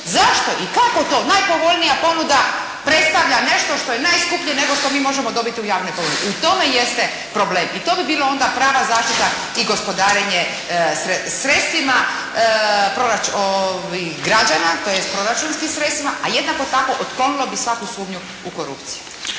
zašto i kako to najpovoljnija ponuda predstavlja nešto što je najskuplje nego što mi možemo dobiti u javnoj ponudi. U tome jeste problem i to bi onda bila prava zaštita i gospodarenje sredstvima građana, tj. proračunskim sredstvima, a jednako tako otklonilo bi svaku sumnju u korupciju.